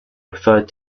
referred